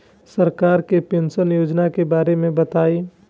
सरकार के पेंशन योजना के बारे में बताईं?